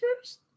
first